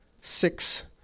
six